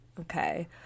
okay